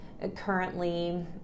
Currently